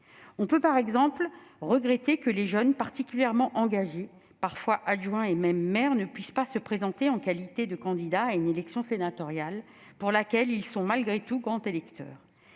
On peut regretter, par exemple, que les jeunes qui sont particulièrement engagés, parfois adjoints et même maires, ne puissent pas se présenter en qualité de candidats à une élection sénatoriale pour laquelle ils sont, malgré tout, grands électeurs.